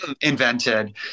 invented